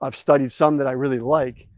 i've studied some, that i really like,